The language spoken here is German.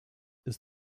ist